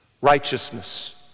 righteousness